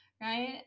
Right